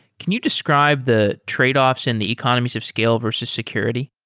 can you describe the tradeoffs in the economies of scale versus security?